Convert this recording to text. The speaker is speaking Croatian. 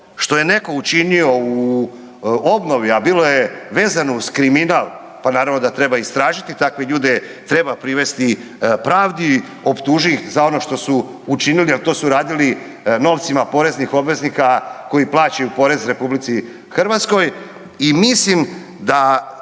što je neko učinio u obnovi, a bilo je vezano uz kriminal, pa naravno da treba istražiti, takve ljude treba privesti pravdi, optuži ih za ono što su učinili, a to su radili novcima poreznih obveznika koji plaćaju porez RH i mislim